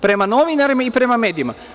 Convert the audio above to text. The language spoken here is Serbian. Prema novinarima i prema medijima.